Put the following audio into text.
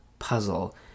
puzzle